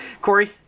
Corey